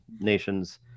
nations